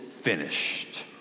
finished